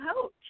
coach